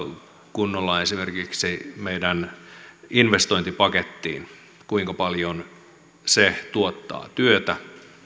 kunnolla esimerkiksi meidän investointipakettiimme kuinka paljon se tuottaa työtä